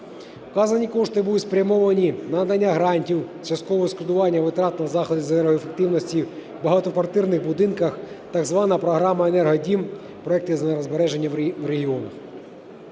Вказані кошти будуть спрямовані на надання грандів, часткового відшкодування витрат та заходи з енергоефективності в багатоквартирних будинках, так звана програма "Енергодім", проекти із енергозбереження в регіонах.